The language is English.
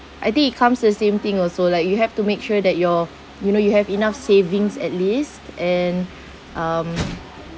I think it comes to the same thing also like you have to make sure that your you know you have enough savings at least and um